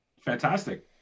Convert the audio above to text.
Fantastic